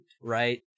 right